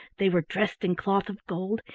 they were dressed in cloth of gold,